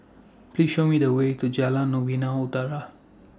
Please Show Me The Way to Jalan Novena Utara